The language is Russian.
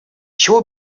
чего